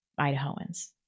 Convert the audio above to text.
Idahoans